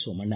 Somanna